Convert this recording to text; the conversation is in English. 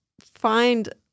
find